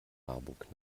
marburg